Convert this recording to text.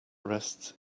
rests